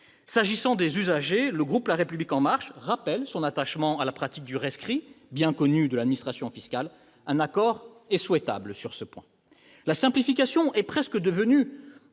concerne les usagers, le groupe La République en Marche rappelle son attachement à la pratique du rescrit, bien connu de l'administration fiscale ; un accord est souhaitable sur ce point. La simplification est presque devenue